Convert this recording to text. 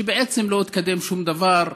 שבעצם לא התקדם שום דבר.